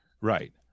right